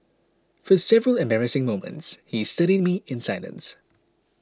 for several embarrassing moments he studied me in silence